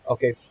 Okay